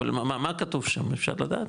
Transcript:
אבל מה כתוב שם, אפשר לדעת?